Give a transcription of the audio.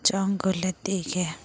জঙ্গলের দিকে